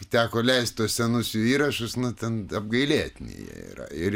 teko leisti senus jų įrašus nu ten apgailėtini jie yra ir